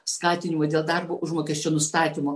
skatinimo dėl darbo užmokesčio nustatymo